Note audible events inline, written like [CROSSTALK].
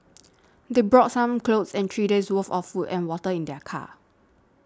[NOISE] they brought some clothes and three days'worth of food and water in their car